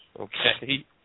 Okay